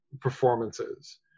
performances